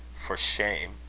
for shame!